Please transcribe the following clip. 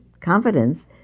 confidence